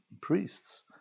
priests